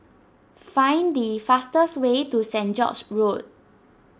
find the fastest way to Saint George's Road